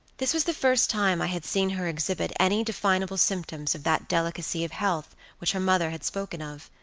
this was the first time i had seen her exhibit any definable symptoms of that delicacy of health which her mother had spoken of.